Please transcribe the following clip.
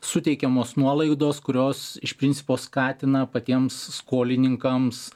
suteikiamos nuolaidos kurios iš principo skatina patiems skolininkams